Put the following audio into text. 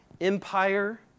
Empire